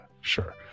sure